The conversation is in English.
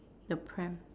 the pram